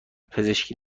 پزشکی